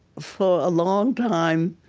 for a long time,